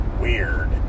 weird